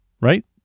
right